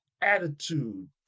attitude